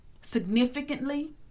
significantly